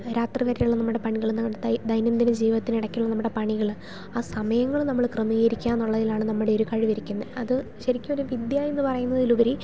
രാത്രി വരെയുള്ള നമ്മുടെ പണികൾ ദൈനംദിന ജീവിത്തിന് ഇടയ്ക്കുള്ള നമ്മുടെ പണികൾ ആ സമയങ്ങളും നമ്മൾ ക്രമീകരിക്കുക എന്നുള്ളതിലാണ് നമ്മുടെ ഒരു കഴിവ് ഇരിക്കുന്നത് അത് ശരിക്ക് ഒരു വിദ്യ എന്നു പറയുന്നതിൽ ഉപരി